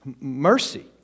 Mercy